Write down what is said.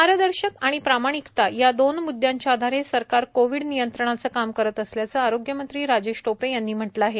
पारदर्शक आणि प्रामाणिकता या दोन म्द्यांच्या आधारे सरकार कोविड नियंत्रणाचं काम करत असल्याचं आरोग्यमंत्री राजेश टोपे यांनी म्हटलं आहे